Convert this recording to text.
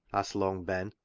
asked long ben,